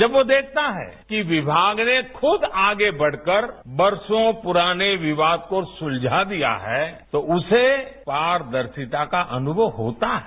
जब वो देखता है कि विभाग ने खूद आगे बढ़कर बरसों पुराने विवाद को सुलझा दिया है तो उसे पारदर्शिता का अनुभव होता है